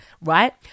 Right